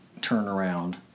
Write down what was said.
turnaround